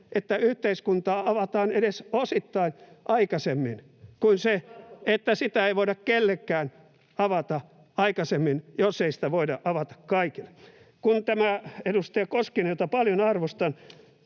että yhteiskuntaa avataan edes osittain aikaisemmin, [Johannes Koskinen: Näin on tarkoitus!] sen sijaan, että sitä ei voida kellekään avata aikaisemmin, jos ei sitä voida avata kaikille. Kun edustaja Koskinen, jota paljon arvostan,